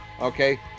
Okay